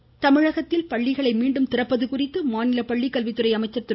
செங்கோட்டையன் தமிழகத்தில் பள்ளிகளை மீண்டும் திறப்பது குறித்து மாநில பள்ளி கல்வித்துறை அமைச்சர் திரு